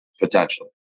Potentially